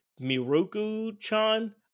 Miruku-chan